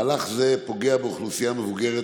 מהלך זה פוגע באוכלוסייה המבוגרת,